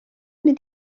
mynd